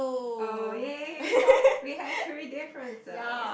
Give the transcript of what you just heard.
oh !yay! we found we have three differences